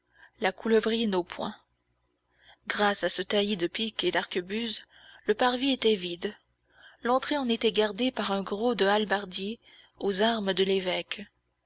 la coulevrine au poing grâce à ce taillis de piques et d'arquebuses le parvis était vide l'entrée en était gardée par un gros de hallebardiers aux armes de l'évêque